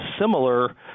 similar